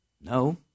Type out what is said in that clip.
No